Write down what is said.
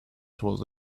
towards